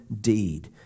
deed